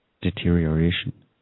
deterioration